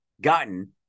gotten